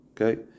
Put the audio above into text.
Okay